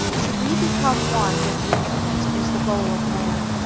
to re-become one with the infinite is the goal of man.